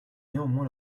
néanmoins